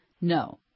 no